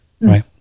right